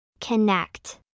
Connect